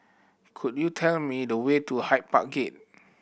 could you tell me the way to Hyde Park Gate